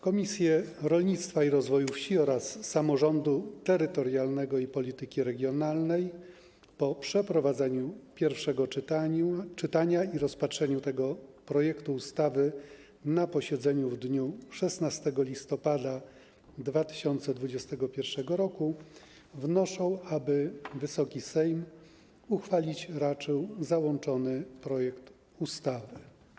Komisje: Rolnictwa i Rozwoju Wsi oraz Samorządu Terytorialnego i Polityki Regionalnej po przeprowadzeniu pierwszego czytania i rozpatrzeniu tego projektu ustawy na posiedzeniu w dniu 16 listopada 2021 r. wnoszą, aby Wysoki Sejm uchwalić raczył załączony projekt ustawy.